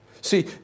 See